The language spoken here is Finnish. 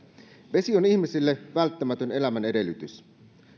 vesi on ihmisille välttämätön elämän edellytys